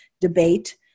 debate